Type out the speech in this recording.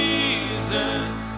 Jesus